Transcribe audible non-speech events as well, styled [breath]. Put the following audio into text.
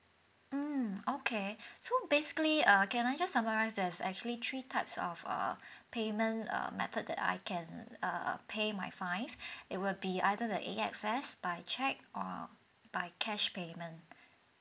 mm okay [breath] so basically uh can I just summarize there's actually three types of a payment err method that I can err pay my fines [breath] it would be either the A_X_S by cheque or by cash payment